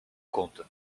conte